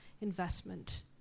investment